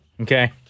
Okay